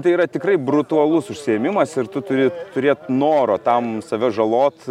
tai yra tikrai brutalus užsiėmimas ir tu turi turėt noro tam save žalot